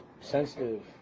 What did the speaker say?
Sensitive